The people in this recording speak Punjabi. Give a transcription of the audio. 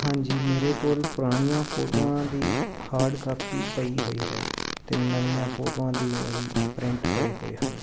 ਹਾਂਜੀ ਮੇਰੇ ਕੋਲ ਪੁਰਾਣੀਆਂ ਫੋਟੋਆਂ ਦੀ ਹਾਰਡ ਕਾਪੀ ਪਈ ਹੋਈ ਹੈ ਅਤੇ ਨਵੀਆਂ ਫੋਟੋਆਂ ਦੀ ਵੀ ਪ੍ਰਿੰਟ ਪਏ ਹੋਏ ਹਨ